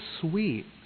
sweet